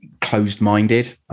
closed-minded